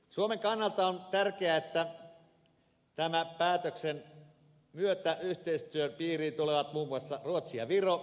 suomen kannalta on tärkeää että tämän päätöksen myötä yhteistyön piiriin tulevat muun muassa ruotsi ja viro